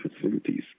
facilities